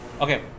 Okay